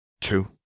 Two